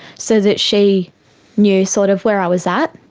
so that she knew sort of where i was at.